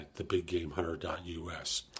TheBigGameHunter.us